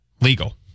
legal